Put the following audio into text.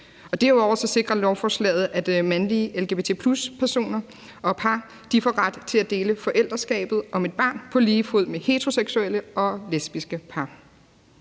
Derudover sikrer lovforslaget, at mandlige lgbt+-personer og -par får ret til at dele forældreskabet til et barn på lige fod med heteroseksuelle og lesbiske par.